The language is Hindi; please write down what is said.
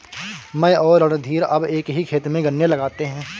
मैं और रणधीर अब एक ही खेत में गन्ने लगाते हैं